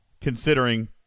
considering